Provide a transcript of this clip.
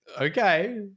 okay